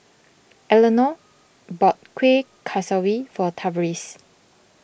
Elenor bought Kueh Kaswi for Tavaris